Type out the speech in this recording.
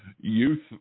youth